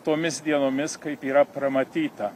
tomis dienomis kaip yra pramatyta